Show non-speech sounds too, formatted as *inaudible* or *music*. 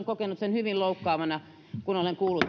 *unintelligible* kokenut sen hyvin loukkaavana kun olen kuullut *unintelligible*